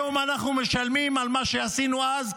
היום אנחנו משלמים על מה שעשינו אז,